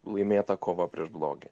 laimėta kova prieš blogį